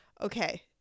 okay